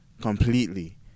completely